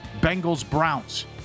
Bengals-Browns